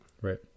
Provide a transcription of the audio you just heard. right